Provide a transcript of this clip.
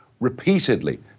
repeatedly